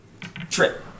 trip